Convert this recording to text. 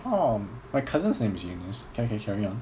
!aww! my cousin's name is eunice can can carry on